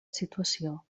situació